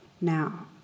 Now